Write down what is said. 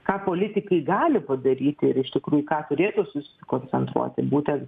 ką politikai gali padaryti ir iš tikrųjų į ką turėtų susikoncentruoti būten